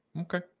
Okay